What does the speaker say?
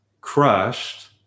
crushed